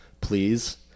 please